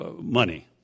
money